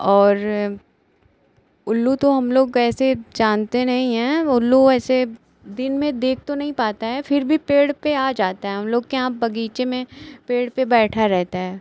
और उल्लू तो हमलोग वैसे जानते नहीं हैं उल्लू वैसे दिन में देख तो नहीं पाता है फिर भी पेड़ पर आ जाता है हमलोग के यहाँ बगीचे में पेड़ पर बैठा रहता है